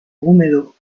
húmedo